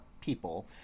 people